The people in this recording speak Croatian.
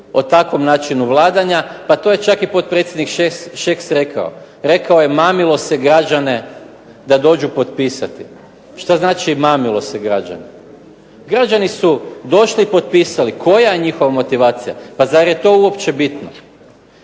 o takvom načinu vladanja, pa to je čak i potpredsjednik Šeks rekao, rekao je mamilo se građane da dođu potpisati. Šta znači mamilo se građane? Građani su došli i potpisali, koja je njihova motivacija. Pa zar je to uopće bitno.